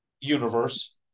universe